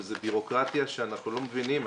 וזו בירוקרטיה שאנחנו לא מבינים.